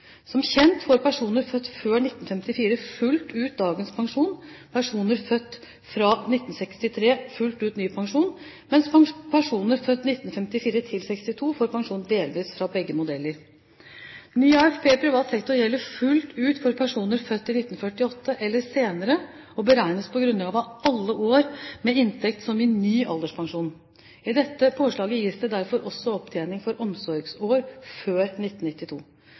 Som kjent får personer født før 1954 fullt ut dagens pensjon, personer født fra 1963 får fullt ut ny pensjon, mens personer født 1954–1962 får pensjon delvis fra begge modeller. Ny AFP i privat sektor gjelder fullt ut for personer født i 1948 eller senere, og beregnes på grunnlag av alle år med inntekt som i ny alderspensjon. I dette påslaget gis det derfor også opptjening for omsorgsår før 1992.